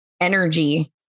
energy